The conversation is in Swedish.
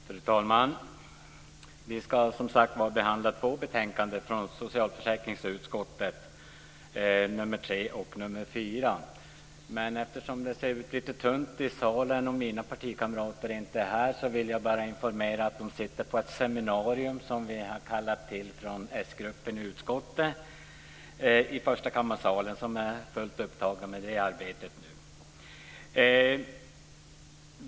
Fru talman! Vi ska, som sagt, behandla två betänkanden från socialförsäkringsutskottet, nr 3 och nr 4. Anledningen till att det ser lite tunt ut i salen och att mina partikamrater inte är här är att de deltar i ett seminarium i förstakammarsalen som vi i s-gruppen i utskottet har anordnat.